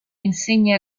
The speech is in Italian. insegne